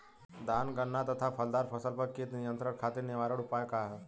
धान गन्ना तथा फलदार फसल पर कीट नियंत्रण खातीर निवारण उपाय का ह?